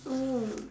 mm